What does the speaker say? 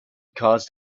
caused